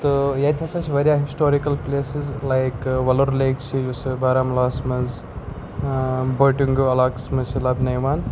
تہٕ ییٚتہِ ہَسا چھِ واریاہ historical places like Wular lake چھِ یُسہٕ بارہمولاہَس منٛز بوٚٹِنٛگو علاقَس منٛز چھِ لَبنہٕ یِوان